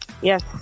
Yes